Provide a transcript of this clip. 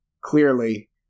clearly